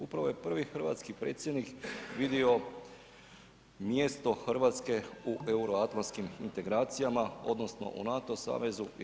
Upravo je prvi hrvatski predsjednik vidio mjesto Hrvatske u euroatlanskim integracijama odnosno u NATO savezu i EU.